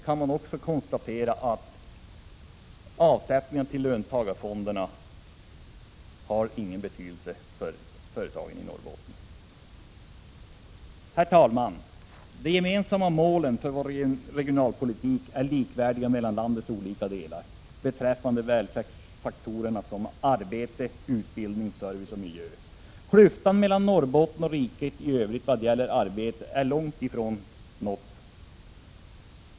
Man kan också konstatera att avsättningar till löntagarfonderna inte har någon betydelse för företagen i Norrbotten. Herr talman! Det gemensamma målet för regionalpolitiken är likvärdighet mellan landets olika delar beträffande välfärdsfaktorerna arbete, utbildning, service och miljö. Klyftan mellan Norrbotten och riket i övrigt vad gäller arbete har långt ifrån överbryggats.